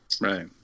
Right